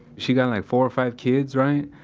she's got like four, five kids, right?